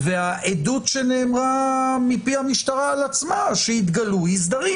והעדות שנאמרה מפי המשטרה על עצמה שהתגלעו אי סדרים.